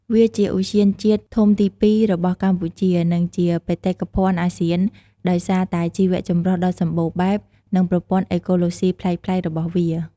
វាជាឧទ្យានជាតិធំទីពីររបស់កម្ពុជា និងជាបេតិកភណ្ឌអាស៊ានដោយសារតែជីវៈចម្រុះដ៏សម្បូរបែប និងប្រព័ន្ធអេកូឡូស៊ីប្លែកៗរបស់វា។